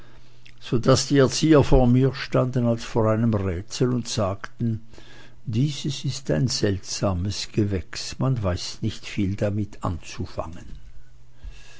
daß die erzieher vor mir standen als vor einem rätsel und sagten dieses ist ein seltsames gewächs man weiß nicht viel damit anzufangen